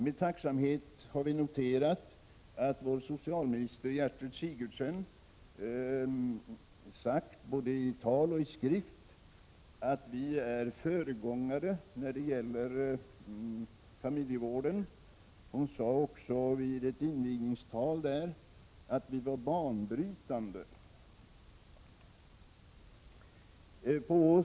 Med tacksamhet har vi noterat att vår socialminister Gertrud Sigurdsen både i tal och i skrift har uttryckt att vi är föregångare när det gäller familjevården. Vid ett invigningstal sade hon också att vi var banbrytande.